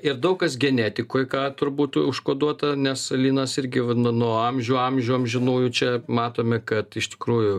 ir daug kas genetikoj ką turbūt užkoduota nes linas irgi vat nuo nuo amžių amžių amžinųjų čia matome kad iš tikrųjų